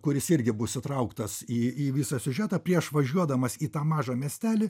kuris irgi bus įtrauktas į į visą siužetą prieš važiuodamas į tą mažą miestelį